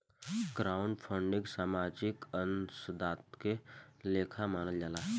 crowdfunding सामाजिक अंशदान के लेखा मानल जाला